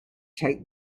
take